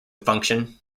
function